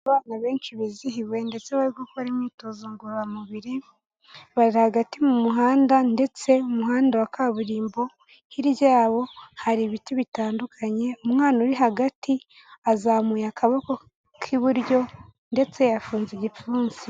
Abana benshi bizihiwe ndetse bari gukora imyitozo ngororamubiri, bari hagati mu muhanda ndetse umuhanda wa kaburimbo, hirya yawo hari ibiti bitandukanye, umwana uri hagati azamuye akaboko k'iburyo ndetse yafunze igipfunsi.